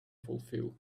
fulfill